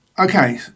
Okay